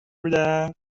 بودم